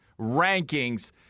rankings